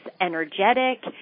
energetic